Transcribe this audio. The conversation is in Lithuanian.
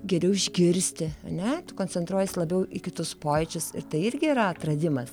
geriau išgirsti ane tu koncentruojies labiau į kitus pojūčius tai irgi yra atradimas